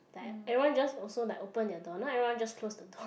like you know just also like open your door now everyone just close the door